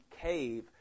cave